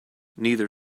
neither